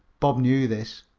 bob knew this.